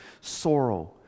sorrow